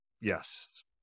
Yes